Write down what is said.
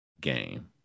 game